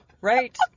Right